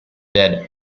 dead